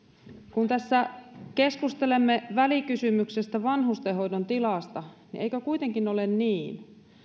kun tässä keskustelemme välikysymyksestä vanhustenhoidon tilasta niin eikö kuitenkin ole niin